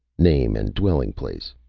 name and dwelling place,